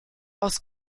aus